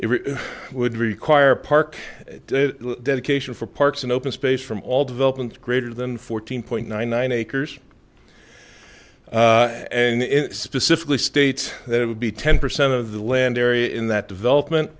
it would require park dedication for parks and open space from all developments greater than fourteen point nine nine acres and specifically states that it would be ten percent of the land area in that development